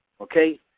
Okay